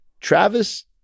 travis